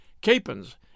capons